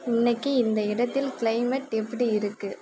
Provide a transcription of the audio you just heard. இன்றைக்கு இந்த இடத்தில் க்ளைமேட் எப்படி இருக்குது